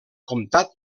comtat